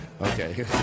Okay